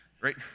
Right